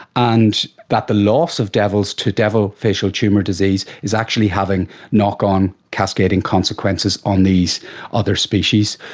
and that the loss of devils to devil facial tumour disease is actually having knock-on cascading consequences on these other species.